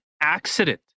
accident